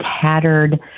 tattered